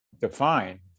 define